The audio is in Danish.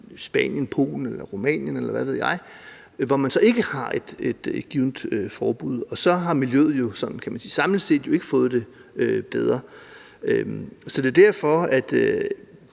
Spanien, Polen, Rumænien, eller hvad ved jeg – hvor man ikke har et givent forbud, og så har miljøet jo sådan samlet set ikke fået det bedre. Det er derfor, jeg